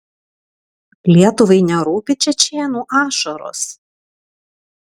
lietuvai nerūpi čečėnų ašaros